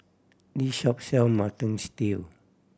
this shop sell Mutton Stew